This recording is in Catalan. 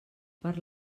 per